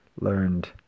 learned